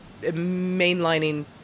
mainlining